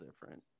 different